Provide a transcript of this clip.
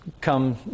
come